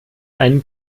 einen